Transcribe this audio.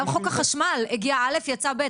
גם חוק החשמל הגיע א', יצא ב'.